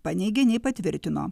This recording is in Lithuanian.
paneigė nei patvirtino